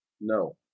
No